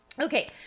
Okay